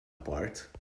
apart